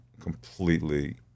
completely